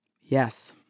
Yes